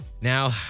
Now